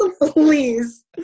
please